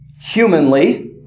Humanly